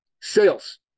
sales